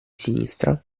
sinistra